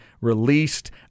released